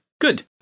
Good